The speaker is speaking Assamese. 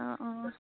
অঁ অঁ